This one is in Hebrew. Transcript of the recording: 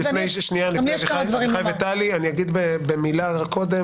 שנייה לפני אביחי וטלי, אני אגיד במילה קודם.